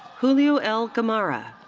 julio l. gamarra.